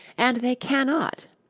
and they cannot,